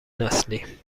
نسلی